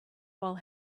while